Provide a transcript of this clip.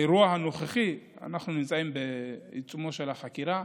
באירוע הנוכחי אנחנו נמצאים בעיצומה של החקירה,